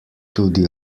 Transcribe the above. tudi